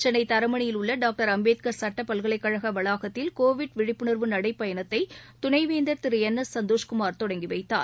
சென்னை தரமணியில் உள்ள டாக்டர் அம்பேத்கர் சுட்டப்பல்கலைக்கழக வளாகத்தில் கோவிட் விழிப்புணர்வு நடைப் பயணத்தை துணைவேந்தர் திரு என் எஸ் சந்தோஷ்குமார் தொடங்கி வைத்தார்